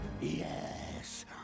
Yes